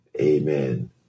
Amen